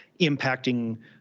impacting